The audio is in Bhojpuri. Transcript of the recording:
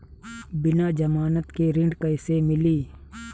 बिना जमानत के ऋण कैसे मिली?